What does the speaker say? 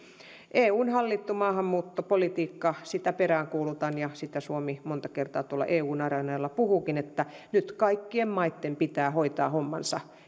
eun hallittua maahanmuuttopolitiikkaa peräänkuulutan ja siitä suomi monta kertaa tuolla eun areenoilla puhuukin että nyt kaikkien maitten pitää hoitaa hommansa